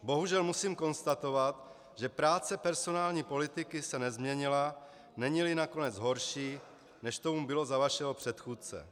Bohužel musím konstatovat, že práce personální politiky se nezměnila, neníli nakonec horší, než tomu bylo za vašeho předchůdce.